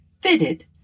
fitted